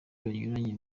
banyuranye